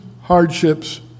hardships